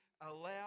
allow